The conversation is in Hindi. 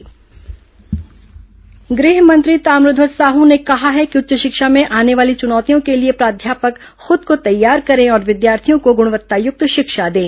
फेकल्टी डेव्हल्पमेंट प्रोग्राम गृह मंत्री ताम्रध्वज साहू ने कहा है कि उच्च शिक्षा में आने वाली चुनौतियों के लिए प्राध्यापक खुद को तैयार करें और विद्यार्थियों को गुणवत्तायुक्त शिक्षा दें